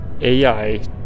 AI